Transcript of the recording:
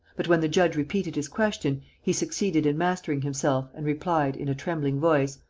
but, when the judge repeated his question, he succeeded in mastering himself and replied, in a trembling voice